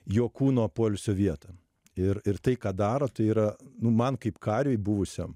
jo kūno poilsio vietą ir ir tai ką daro tai yra nu man kaip kariui buvusiam